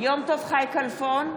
חי כלפון,